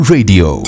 Radio